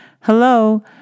Hello